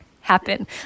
happen